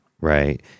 right